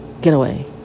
getaway